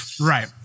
Right